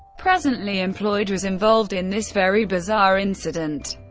presently employed, was involved in this very bizarre incident.